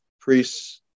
priests